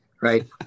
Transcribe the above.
Right